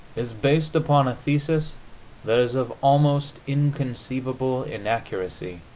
is based upon a thesis that is of almost inconceivable inaccuracy,